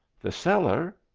the cellar!